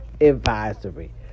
advisory